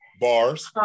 Bars